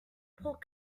pork